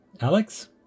Alex